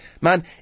Man